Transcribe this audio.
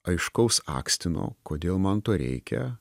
aiškaus akstino kodėl man to reikia